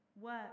work